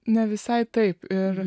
ne visai taip ir